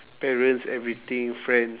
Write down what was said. parents everything friend